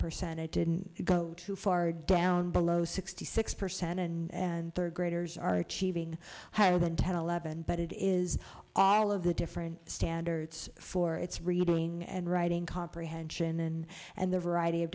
percent it didn't go too far down below sixty six percent and third graders are achieving higher than ten eleven but it is all of the different standards for its reading and writing comprehension and the variety of